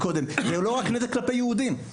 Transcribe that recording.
לא מדובר בנזק כלפי יהודים בלבד,